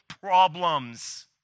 problems